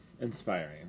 inspiring